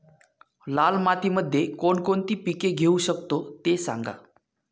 लाल मातीमध्ये कोणकोणती पिके घेऊ शकतो, ते सांगा